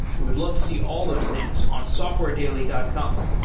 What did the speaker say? we would love to see all those things on softwaredaily dot com.